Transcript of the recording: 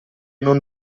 non